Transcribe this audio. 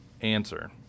answer